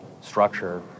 structure